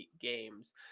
games